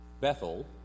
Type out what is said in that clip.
Bethel